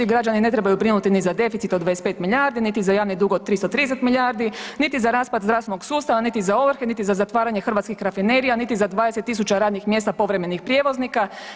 Građani ne trebaju brinuti ni za deficit od 25 milijardi, niti za javni dug od 330 milijardi, niti za raspad zdravstvenog sustava, niti za ovrhe, niti za zatvaranje hrvatskih rafinerija, niti za 20 tisuća radnih mjesta povremenih prijevoznika.